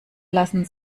lassen